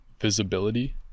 visibility